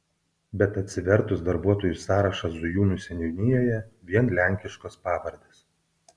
bet atsivertus darbuotojų sąrašą zujūnų seniūnijoje vien lenkiškos pavardes